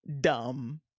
dumb